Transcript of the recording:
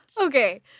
okay